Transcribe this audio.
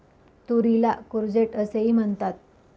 तुरीला कूर्जेट असेही म्हणतात